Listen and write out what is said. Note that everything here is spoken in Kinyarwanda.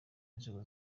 inzego